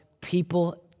people